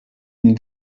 une